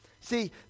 See